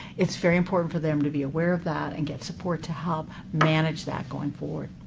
it's very important for them to be aware of that and get support to help manage that going forward.